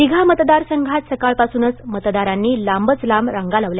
दिघा मतदारसंघांत सकाळपासूनच मतदारांनी लांबच लांब रांगा लावल्या